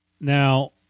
now